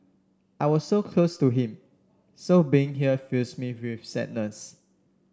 I was so close to him so being here fills me with sadness